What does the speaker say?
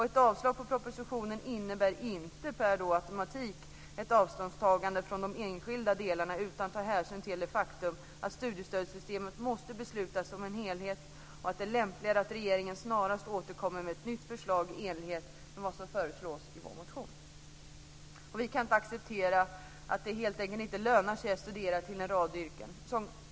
Ett avslag på propositionen innebär inte per automatik ett avståndstagande från de enskilda delarna utan tar hänsyn till det faktum att beslut om studiestödssystemet måste fattas som en helhet och att det är lämpligare att regeringen snarast återkommer med ett nytt förslag i enlighet med vad som föreslås i vår motion. Vi kan inte acceptera att det helt enkelt inte lönar sig att studera till en rad yrken.